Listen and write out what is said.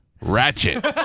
Ratchet